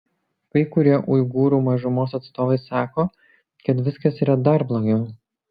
kai kurie uigūrų mažumos atstovai sako kad viskas yra dar blogiau